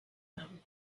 him